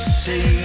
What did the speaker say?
see